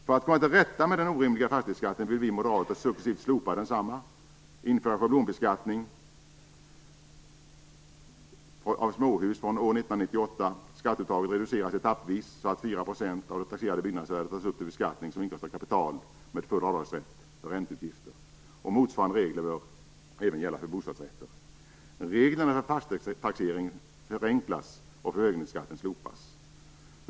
För att komma till rätta med den orimliga fastighetsskatten vill vi moderater successivt slopa densamma och införa schablonbeskattning av småhus från år 1998. Vi vill att skatteuttaget reduceras etappvis, så att 4 % av det taxerade byggnadsvärdet tas upp till beskattning som inkomst av kapital med full avdragsrätt för ränteutgifter. Motsvarande regler bör gälla för bostadsrätter. Reglerna för fastighetstaxering bör förenklas och förmögenhetsskatten slopas.